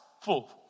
full